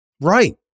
Right